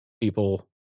people